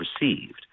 received